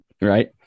right